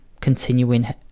continuing